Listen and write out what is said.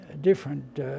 different